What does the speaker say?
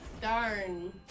darn